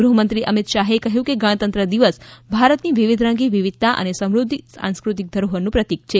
ગૃહમંત્રી અમિત શાહે કહ્યુ કે ગણતંત્ર દિવસ ભારતની વિવિધરંગી વિવિધતા અને સમૃધ્ધ સાંસ્કૃતિક ધરોહરનુ પ્રતીક છે